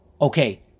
okay